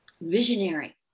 visionary